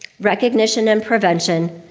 recognition and prevention,